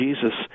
Jesus